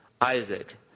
Isaac